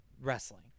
wrestling